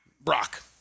Brock